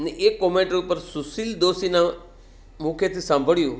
અને એ કોમેન્ટરી ઉપર સુશીલ દોશીના મુખેથી સાંભળ્યું